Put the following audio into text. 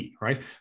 right